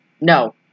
No